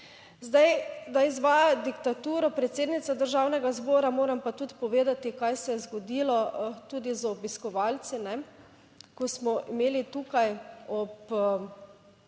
Zdaj, da izvaja diktaturo predsednica Državnega zbora, moram pa tudi povedati, kaj se je zgodilo tudi z obiskovalci ne, ko **29.